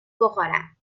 بخورم